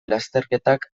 lasterketak